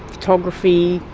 photography,